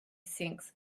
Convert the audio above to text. seeks